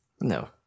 No